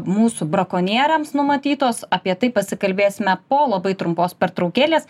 mūsų brakonieriams numatytos apie tai pasikalbėsime po labai trumpos pertraukėlės